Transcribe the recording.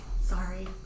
Sorry